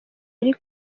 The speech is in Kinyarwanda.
yari